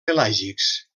pelàgics